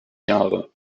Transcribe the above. jahre